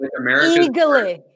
Eagerly